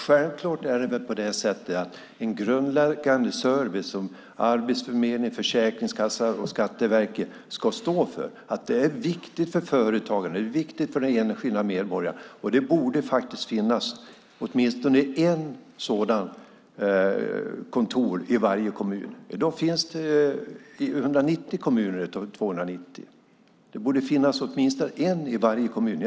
Självklart är den grundläggande service som arbetsförmedling, försäkringskassa och Skatteverket ska stå för viktigt för företagarna och för den enskilda medborgaren. Det borde finnas åtminstone ett sådant kontor i varje kommun. I dag finns det i 190 av 290 kommuner. Det borde finnas åtminstone ett i varje kommun.